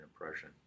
impression